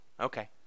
Okay